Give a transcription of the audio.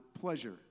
pleasure